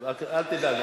אל תדאג.